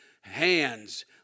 hands